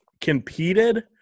competed